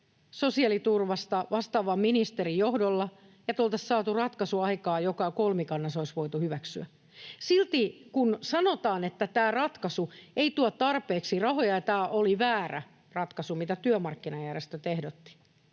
sosiaaliturvasta vastaavan ministerin johdolla, niin että oltaisiin saatu aikaan ratkaisu, joka kolmikannassa olisi voitu hyväksyä. Silti, kun sanotaan, että tämä ratkaisu ei tuo tarpeeksi rahoja ja tämä oli väärä ratkaisu, mitä työmarkkinajärjestöt ehdottivat